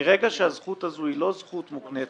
מרגע שהזכות הזאת היא לא זכות מוקנית,